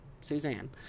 Suzanne